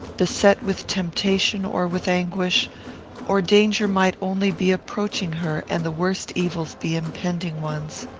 beset with temptation or with anguish or danger might only be approaching her, and the worst evils be impending ones.